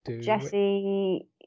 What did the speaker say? Jesse